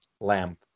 lamp